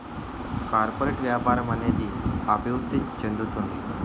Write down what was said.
corporate వ్యాపారం అనేది అభివృద్ధి చెందుతుంది